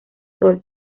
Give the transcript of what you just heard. sol